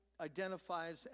identifies